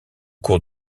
cours